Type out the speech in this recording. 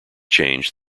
change